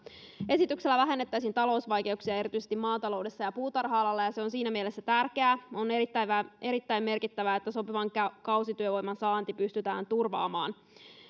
esityksellä vähennettäisiin talousvaikeuksia erityisesti maataloudessa ja puutarha alalla ja se on siinä mielessä tärkeä että on erittäin merkittävää että sopivan kausityövoiman saanti pystytään turvaamaan